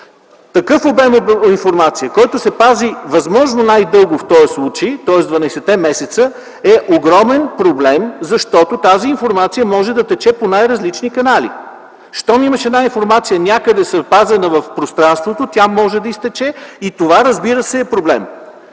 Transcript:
Такъв обем информация, който се пази възможно най-дълго в този случай, тоест 12 месеца, е огромен проблем, защото тази информация може да тече по най-различни канали. Щом имаш една информация някъде запазена в пространството, тя може да изтече и това, разбира се, е проблем.